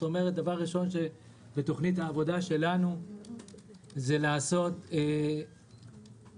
דבר ראשון בתוכנית העבודה שלנו זה לעשות ניסוי,